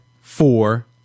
four